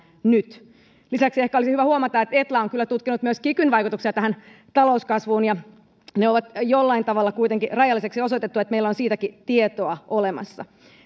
nyt lisäksi ehkä olisi hyvä huomata että etla on kyllä tutkinut myös kikyn vaikutuksia tähän talouskasvuun ja ne on osoitettu jollain tavalla kuitenkin rajallisiksi meillä on siitäkin tietoa olemassa